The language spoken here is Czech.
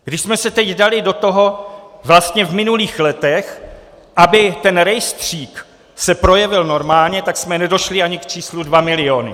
Když jsme se teď dali do toho vlastně v minulých letech, aby ten rejstřík se projevil normálně, tak jsme nedošli ani k číslu 2 miliony.